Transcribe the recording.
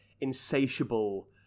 insatiable